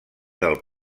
del